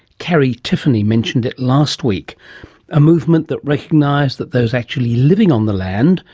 carrie tiffany mentioned it last week a movement that recognised that those actually living on the land,